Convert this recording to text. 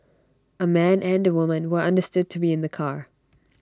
A man and A woman were understood to be in the car